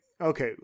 okay